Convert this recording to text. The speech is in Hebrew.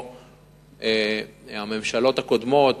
כי הממשלות הקודמות